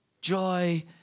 Joy